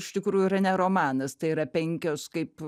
iš tikrųjų yra ne romanas tai yra penkios kaip